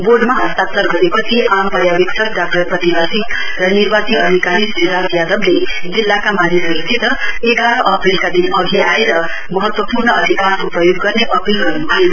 वोर्डमा हस्ताक्षर गरेपछि आम पर्यावेक्षक डाक्टर प्रतिभा सिंह र निर्वाची अधिकारी श्री राज यादवले जिल्लाका मानिसहरुसित एघार अप्रेलका दिन अघि आएर महत्वपूर्ण अधिकारको प्रयोग गर्ने अपील गर्नुभयो